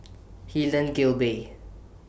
Helen Gilbey